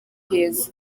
heza